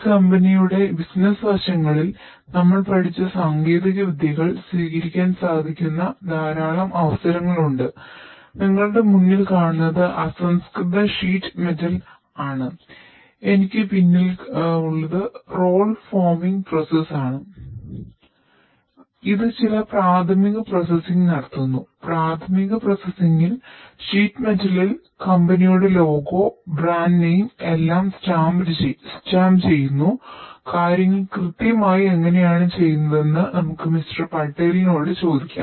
ഈ കമ്പനിയുടെ ചോദിക്കാം